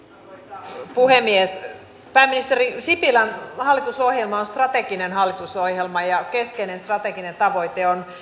arvoisa puhemies pääministeri sipilän hallitusohjelma on strateginen hallitusohjelma ja keskeinen strateginen tavoite on